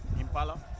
Impala